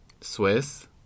Swiss